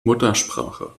muttersprache